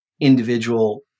individual